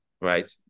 right